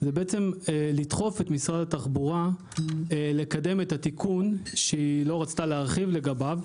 זה לדחוף את משרד התחבורה לקדם את התיקון שהיא לא רצתה להרחיב לגביו,